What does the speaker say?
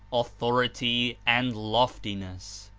authority and loftiness.